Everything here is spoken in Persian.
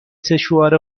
سشوار